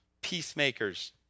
peacemakers